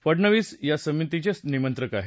फडनवीस या समितीचे निमंत्रक आहेत